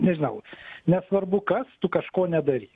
nežinau nesvarbu kas tu kažko nedarys